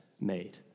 made